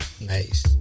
Nice